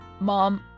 Mom